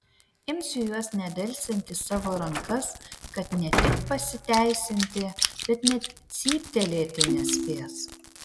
imsiu juos nedelsiant į savo rankas kad ne tik pasiteisinti bet net cyptelėti nespės